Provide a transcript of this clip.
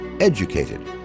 EDUCATED